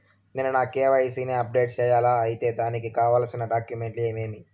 నేను నా కె.వై.సి ని అప్డేట్ సేయాలా? అయితే దానికి కావాల్సిన డాక్యుమెంట్లు ఏమేమీ?